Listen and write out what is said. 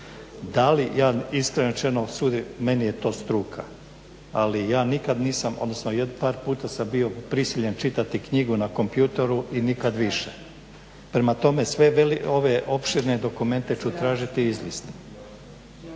s njime? Iskreno rečeno meni je to struka, ali ja nikad nisam odnosno par puta sam bio prisiljen čitati knjigu na kompjutoru i nikad više. Prema tome ove opširne dokumente ću tražiti izlist.